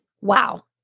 Wow